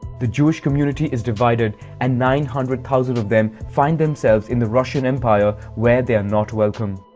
the jewish community is divided and nine hundred thousand of them find themselves in the russian empire, where they are not welcome.